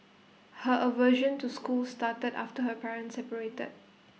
her aversion to school started after her parents separated